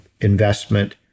investment